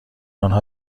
آنها